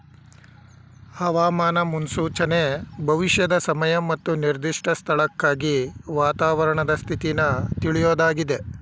ಹವಾಮಾನ ಮುನ್ಸೂಚನೆ ಭವಿಷ್ಯದ ಸಮಯ ಮತ್ತು ನಿರ್ದಿಷ್ಟ ಸ್ಥಳಕ್ಕಾಗಿ ವಾತಾವರಣದ ಸ್ಥಿತಿನ ತಿಳ್ಯೋದಾಗಿದೆ